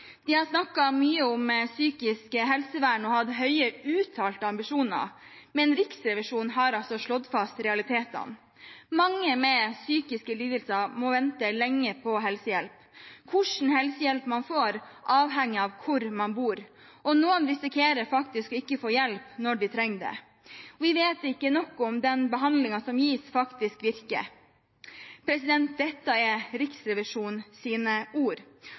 De har snakket mye om psykisk helsevern og hatt høye uttalte ambisjoner, men Riksrevisjonen har altså slått fast realitetene. Mange med psykiske lidelser må vente lenge på helsehjelp. Hva slags helsehjelp man får, avhenger av hvor man bor, og noen risikerer faktisk å ikke få hjelp når de trenger det, og vi vet ikke nok om den behandlingen som gis, faktisk virker. Dette er Riksrevisjonens ord.